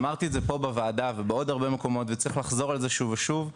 שאמרתי את זה פה בוועדה ובעוד הרבה מקומות וצריך לחזור על זה שוב ושוב.